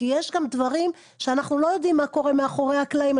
כי יש גם דברים שאנחנו לא יודעים מה קורה מאחורי הקלעים.